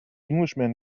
englishman